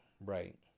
right